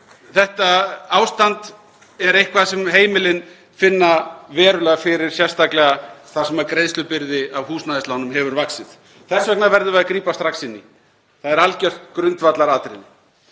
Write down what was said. þetta ástand er eitthvað sem heimilin finna verulega fyrir, sérstaklega þar sem greiðslubyrði af húsnæðislánum hefur vaxið. Þess vegna verðum við að grípa strax inn í. Það er algjört grundvallaratriði.